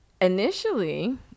initially